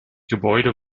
gebäude